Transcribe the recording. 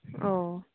ᱚᱻ